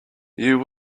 you